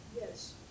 Yes